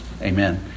Amen